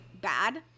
bad